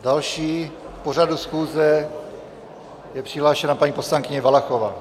Další k pořadu schůze je přihlášena paní poslankyně Valachová.